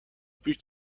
پیش